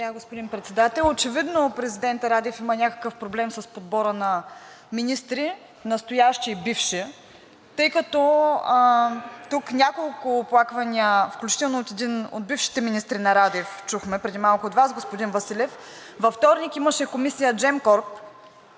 господин Председател. Очевидно президентът Радев има някакъв проблем с подбора на министри – настоящи и бивши, тъй като тук няколко оплаквания, включително от един от бившите министри на Радев – чухме преди малко от Вас, господин Василев. Във вторник имаше Комисия Gemcorp,